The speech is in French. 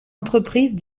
entreprise